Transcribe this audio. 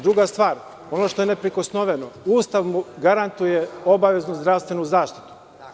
Druga stvar, ono što je neprikosnoveno, Ustav mu garantuje obaveznu zdravstvenu zaštitu.